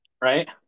Right